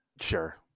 sure